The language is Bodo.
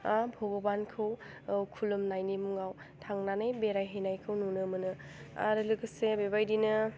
बगबानखौ खुलुमनायनि मुङाव थांनानै बेरायहैनायखौ नुनो मोनो आरो लोगोसे बेबायदिनो